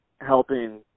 helping